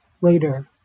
later